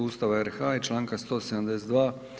Ustava RH i članka 172.